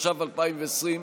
התש"ף 2020,